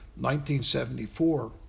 1974